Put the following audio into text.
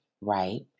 right